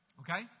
Okay